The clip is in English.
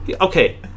Okay